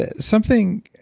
ah something